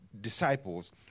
disciples